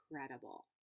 incredible